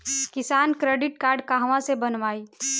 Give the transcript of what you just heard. किसान credit card कहवा से बनवाई?